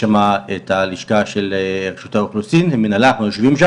יש שם את הלשכה של רשות האוכלוסין ושם אנחנו יושבים.